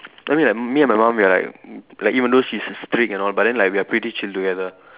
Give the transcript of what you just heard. I mean like me and my mum we are like like even though she's a strict and all but then like we are pretty chill together